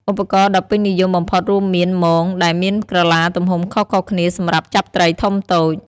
ឧបករណ៍ដ៏ពេញនិយមបំផុតរួមមាន មង ដែលមានក្រឡាទំហំខុសៗគ្នាសម្រាប់ចាប់ត្រីធំតូច។